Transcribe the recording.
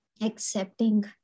Accepting